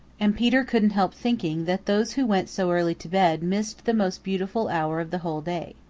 and peter couldn't help thinking that those who went so early to bed missed the most beautiful hour of the whole day.